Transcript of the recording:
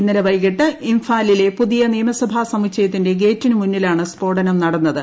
ഇന്നലെ വൈകിട്ട് ഇംഫാലിലെ പുതിയ നിയമസഭാ സമുച്ചയത്തിന്റെ ഗേറ്റിനു മുന്നിലാണ് സ്ഫോടനം നടന്നത്